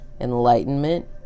enlightenment